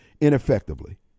ineffectively